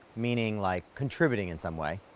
meaning like contributing in some way,